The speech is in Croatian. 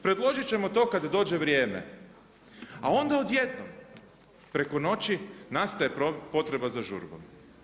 Predložit ćemo to kad dođe vrijeme, a onda odjednom preko noći nastaje potreba za žurbom.